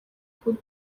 coup